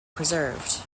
preserved